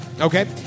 Okay